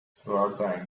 throughout